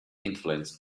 influence